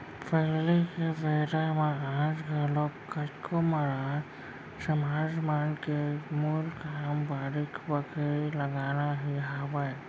पहिली के बेरा म आज घलोक कतको मरार समाज मन के मूल काम बाड़ी बखरी लगाना ही हावय